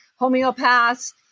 homeopaths